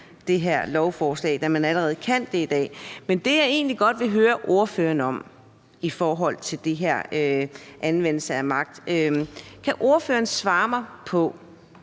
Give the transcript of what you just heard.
det her lovforslag. Men det, jeg egentlig godt vil høre ordføreren om i forhold til det her om anvendelse af magt, er, om ordføreren kan svare mig på,